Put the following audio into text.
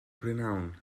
prynhawn